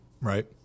Right